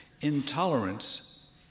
Intolerance